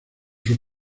sus